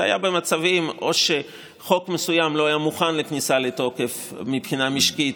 זה היה במצבים שחוק מסוים לא היה מוכן לכניסה לתוקף מבחינה משקית,